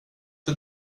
det